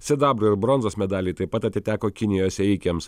sidabro ir bronzos medaliai taip pat atiteko kinijos ėjikėms